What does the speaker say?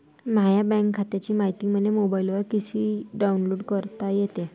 माह्या बँक खात्याची मायती मले मोबाईलवर कसी डाऊनलोड करता येते?